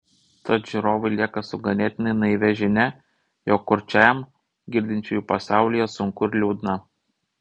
tad žiūrovai lieka su ganėtinai naivia žinia jog kurčiajam girdinčiųjų pasaulyje sunku ir liūdna